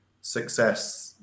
success